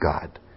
God